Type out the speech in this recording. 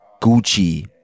Gucci